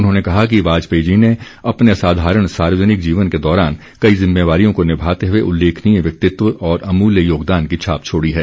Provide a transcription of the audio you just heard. उन्होंने कहा कि वाजपेयी जी ने अपने असाधारण सार्वजनिक जीवन के दौरान कई ज़िम्मेदारियों को निभाते हुए उल्लेखनीय व्यक्तित्व और अमूल्य योगदान की छाप छोड़ी है